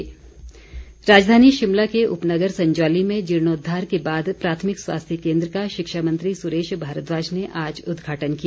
PHC राजधानी शिमला के उपनगर संजौली में जीर्णोद्वार के बाद प्राथमिक स्वास्थ्य केन्द्र का शिक्षा मंत्री सुरेश भारद्वाज ने आज उद्घाटन किया